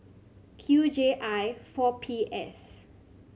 Q J I four P S